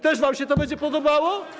Też wam się to będzie podobało?